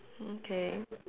mm K